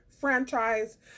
franchise